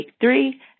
three